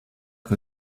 que